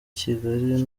kigali